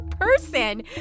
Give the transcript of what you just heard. person